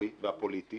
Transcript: הציבורי והפוליטי